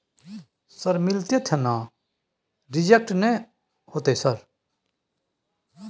Sir मिलते थे ना रिजेक्ट नय होतय सर?